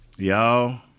Y'all